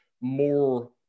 more